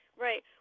Right